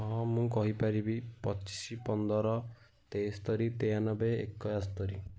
ହଁ ମୁଁ କହିପାରିବି ପଚିଶ ପନ୍ଦର ତେସ୍ତରୀ ତେୟାନବେ ଏକସ୍ତରୀ